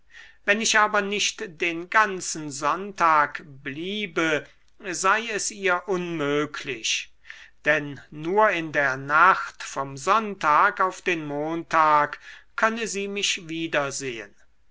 wenn ich aber nicht den ganzen sonntag bliebe sei es ihr unmöglich denn nur in der nacht vom sonntag auf den montag könne sie mich wiedersehen